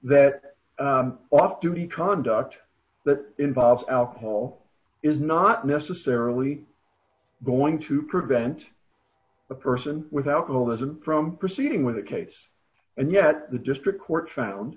that off duty conduct that involves alcohol is not necessarily going to prevent the person with alcoholism from proceeding with the case and yet the district court found